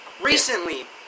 recently